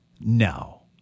No